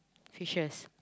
fishers